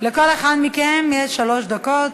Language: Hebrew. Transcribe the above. לכל אחד מכם יש שלוש דקות,